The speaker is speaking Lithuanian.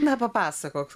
na papasakok